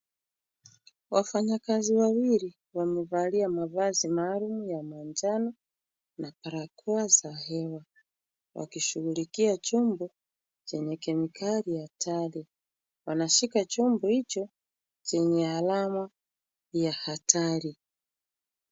Wafanyakazi wawili wamevalia mavazi maalum ya manjano na barakoa za hewa, wakisughulia chombo chenye kemikali kali. Wanashika chombo hicho chenye alama ya hatari.